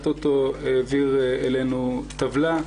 הטוטו העביר אלינו טבלה,